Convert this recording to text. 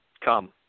come